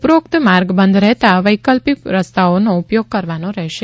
ઉપરોક્ત માર્ગ બંધ રહેતા વૈકલ્પિક રસ્તાઓનો ઉપયોગ કરવાનો રહેશે